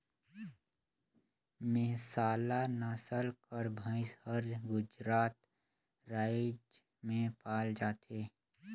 मेहसाला नसल कर भंइस हर गुजरात राएज में पाल जाथे